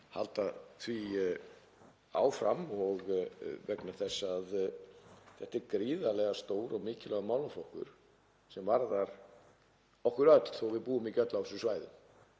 halda því áfram vegna þess að þetta er gríðarlega stór og mikilvægur málaflokkur sem varðar okkur öll þó að við búum ekki öll á þessum svæðum.